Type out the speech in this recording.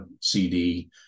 CD